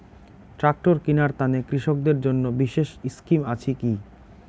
Tractor কিনার তানে কৃষকদের জন্য বিশেষ স্কিম আছি কি?